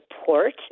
support